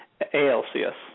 ALCS